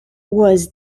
was